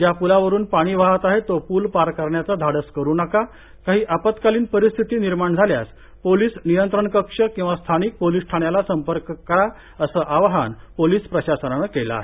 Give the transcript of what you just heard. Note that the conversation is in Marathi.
ज्या प्लावरून पाणी वाहत आहे तो प्ल पार करण्याचं धाडस करू नका काही आपत्कालीन परिस्थिती निर्माण झाल्यास पोलीस नियंत्रण कक्ष किंवा स्थानिक पोलीस ठाण्यात संपर्क करण्याचं आवाहन पोलीस प्रशासनानं केलं आहे